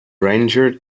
ranger